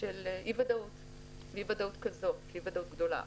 של אי ודאות כזו, אי ודאות גדולה.